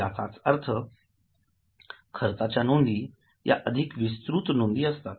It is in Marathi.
याचाच अर्थ खर्चाच्या नोंदी या अधिक विस्तृत नोंदी असतात